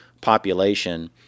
population